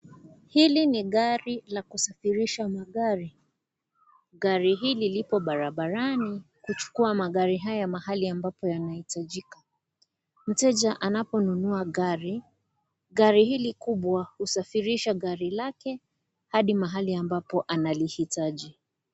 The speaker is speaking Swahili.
Hili ni gari la kusafirisha magari, gari hili lipo barabarani kuchukua magari haya mahali amabpo yanahitajika, mteja anaponunua gari, gari hili kubwa husafirisha gari lake hadi mahali ambapo analihitaji.